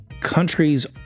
countries